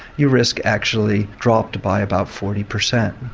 your risk actually dropped by about forty percent.